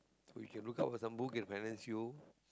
if you look out for some book can finance you